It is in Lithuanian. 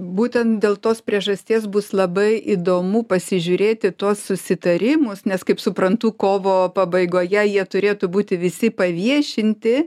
būtent dėl tos priežasties bus labai įdomu pasižiūrėti tuos susitarimus nes kaip suprantu kovo pabaigoje jie turėtų būti visi paviešinti